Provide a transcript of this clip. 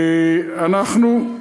שר